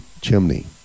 chimney